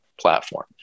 Platform